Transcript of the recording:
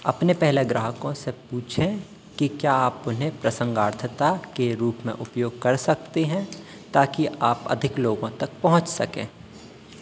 अपने पहले ग्राहकों से पूछें कि क्या आप उन्हें प्रसंगार्थता के रूप में उपयोग कर सकते हैं ताकि आप अधिक लोगों तक पहुँच सकें